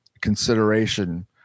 consideration